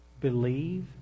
believe